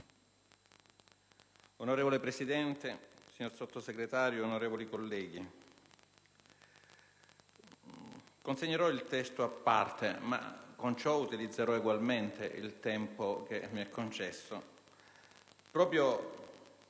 Onorevole Presidente, signor Sottosegretario, onorevoli colleghi, consegnerò il testo scritto del mio intervento, però utilizzerò ugualmente il tempo che mi è concesso, proprio